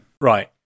Right